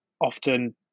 often